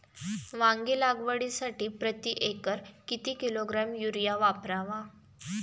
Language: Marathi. वांगी लागवडीसाठी प्रती एकर किती किलोग्रॅम युरिया वापरावा?